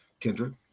Kendra